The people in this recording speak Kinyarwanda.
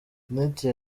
benatia